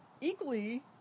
equally